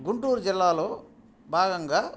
గుంటూరు జిల్లాలో భాగంగా